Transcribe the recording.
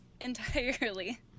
entirely